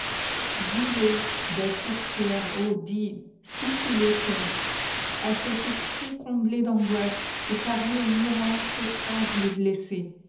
dis-le belle sorcière oh dis si tu le sais a cet esprit comblé d'angoisseet pareil au mourant qu'écrasent les blessés